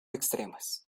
extremas